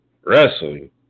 wrestling